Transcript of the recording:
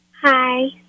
Hi